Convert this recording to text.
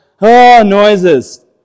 noises